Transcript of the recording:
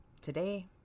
Today